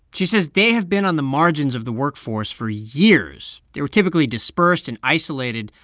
she says they have been on the margins of the workforce for years. they were typically dispersed and isolated,